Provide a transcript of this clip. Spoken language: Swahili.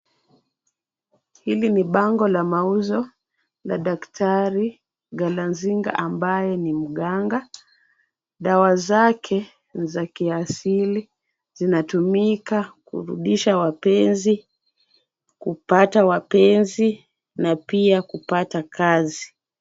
Hili ni bango la mauzo la daktari Galazinga ambaye ni mganga. Dawa zake ni za kiasili, zinatumika kurudiasha wapenzi, kupata wapenzi na pia kupata kazi.